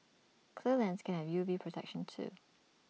clear lenses can have U V protection too